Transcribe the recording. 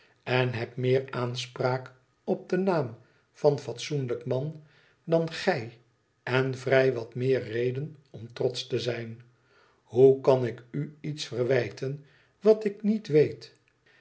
en heb meer aanspraak op den naam van fatsoenlijk man dan gij en vrij wat meer reden om trotsch te zijn hoe kan ik u iets verwijten wat ik niet weet